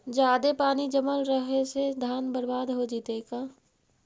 जादे पानी जमल रहे से धान बर्बाद हो जितै का?